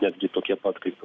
netgi tokie pat kaip